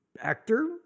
Actor